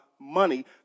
Money